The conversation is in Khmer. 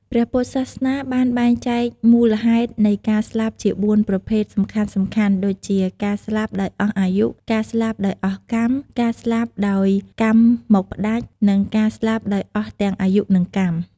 ព្រះពុទ្ធសាសនាបានបែងចែកមូលហេតុនៃការស្លាប់ជាបួនប្រភេទសំខាន់ៗ ដូចជា ការស្លាប់ដោយអស់អាយុ ការស្លាប់ដោយអស់កម្ម ការស្លាប់ដោយកម្មមកផ្ដាច់ និង ការស្លាប់ដោយអស់ទាំងអាយុ និងកម្ម។